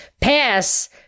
pass